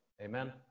Amen